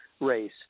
race